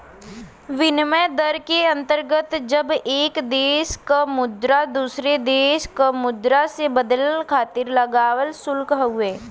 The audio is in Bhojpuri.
विनिमय दर के अंतर्गत जब एक देश क मुद्रा दूसरे देश क मुद्रा से बदले खातिर लागल शुल्क हउवे